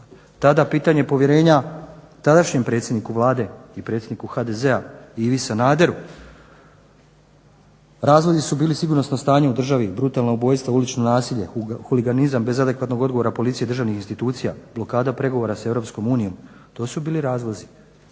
tada pitanje povjerenja tadašnjem predsjedniku Vlade i predsjedniku HDZ-a Ivi Sanaderu. Razlozi su bili sigurnosno stanje u državi, brutalna ubojstva, ulično nasilje, huliganizam bez adekvatnog odgovora policije i državnih institucija, blokada pregovora s EU. To su bili razlozi